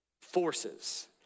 forces